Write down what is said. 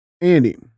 Andy